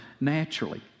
naturally